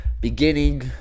beginning